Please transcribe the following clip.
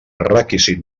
requisit